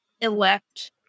elect